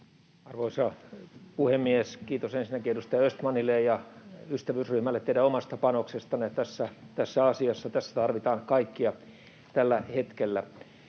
Arvoisa puhemies! Kiitos ensinnäkin edustaja Östmanille ja ystävyysryhmälle teidän omasta panoksestanne tässä asiassa. Tässä tarvitaan kaikkia tällä hetkellä.